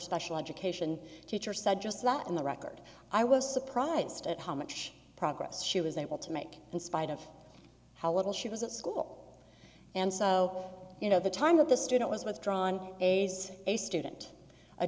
special education teacher said just a lot in the record i was surprised at how much progress she was able to make and spite of how little she was at school and so you know the time of the student was withdrawn is a student a